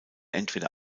entweder